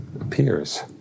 appears